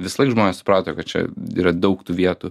visąlaik žmonės suprato kad čia yra daug tų vietų